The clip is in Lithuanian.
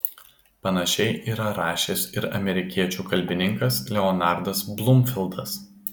panašiai yra rašęs ir amerikiečių kalbininkas leonardas blumfildas